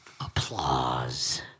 applause